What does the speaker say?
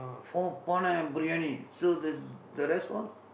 four paanai biryani so the the rest all